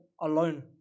alone